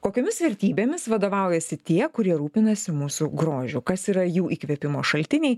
kokiomis vertybėmis vadovaujasi tie kurie rūpinasi mūsų grožiu kas yra jų įkvėpimo šaltiniai